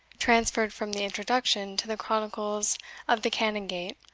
transferred from the introduction to the chronicles of the canongate,